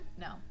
No